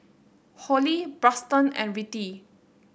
Holli Braxton and Rettie